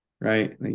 Right